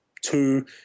two